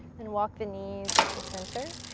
then walk the knees up to center.